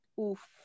oof